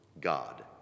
God